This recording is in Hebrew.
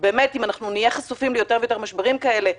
באמת אם אנחנו נהיה חשופים ליותר ויותר משברים כאלה,